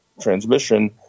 transmission